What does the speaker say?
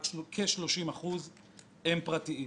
רק כ-30% הם פרטיים.